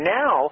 now